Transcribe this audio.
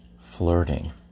flirting